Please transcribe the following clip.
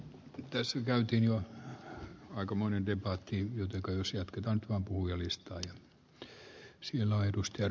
tässä käytiin jo aikamoinen työ vaatii nyt kaivosjatketaan ampui olis toisen sijan ohitustien